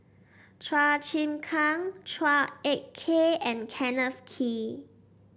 Chua Chim Kang Chua Ek Kay and Kenneth Kee